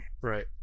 right